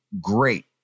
great